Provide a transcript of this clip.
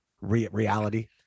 reality